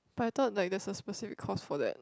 but I thought like there's a specific course for that